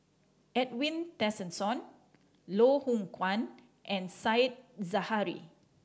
Edwin Tessensohn Loh Hoong Kwan and Said Zahari